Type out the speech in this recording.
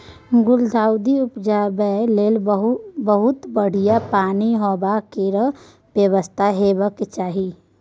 गुलदाउदी उपजाबै लेल बढ़ियाँ रौद, पानि आ हबा केर बेबस्था हेबाक चाही